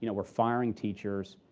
you know we're firing teachers.